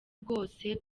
bwose